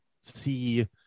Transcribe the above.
see